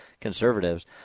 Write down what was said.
conservatives